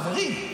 חברים,